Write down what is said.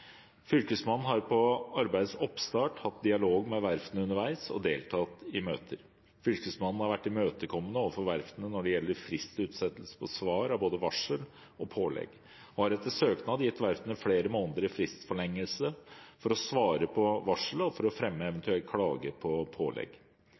Fylkesmannen har fra arbeidets oppstart hatt dialog med verftene underveis og deltatt i møter. Fylkesmannen har vært imøtekommende overfor verftene når det gjelder fristutsettelse på svar av både varsel og pålegg, og har etter søknad gitt verftene flere måneder i fristforlengelse for å svare på varsel og for å fremme